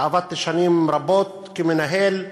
ועבדתי שנים רבות כמנהל בית-מרקחת.